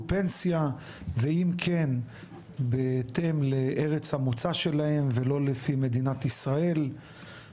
פנסיה ואם כן בהתאם לארץ המוצא שלהם ולא לפי מדינת ישראל,